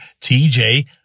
TJ